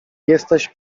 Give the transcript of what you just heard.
jesteś